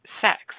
sex